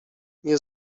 nie